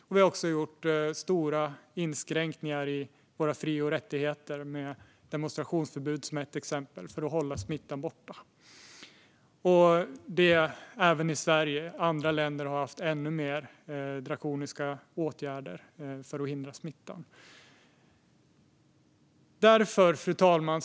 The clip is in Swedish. Det har också gjorts stora inskränkningar i våra fri och rättigheter, med demonstrationsförbud som ett exempel, för att hålla smittan borta. Detta har skett i Sverige, och andra länder har vidtagit ännu mer drakoniska åtgärder för att hindra smittan. Fru talman!